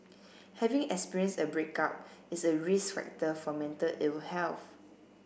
having experienced a breakup is a risk factor for mental ill health